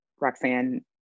Roxanne